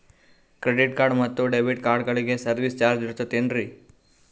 Credit card ಮತ್ತು debit ಕಾರ್ಡಗಳಿಗೆ service charge ಇರುತೇನ್ರಿ?